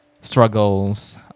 struggles